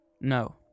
No